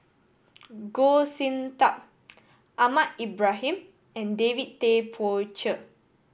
Goh Sin Tub Ahmad Ibrahim and David Tay Poey Cher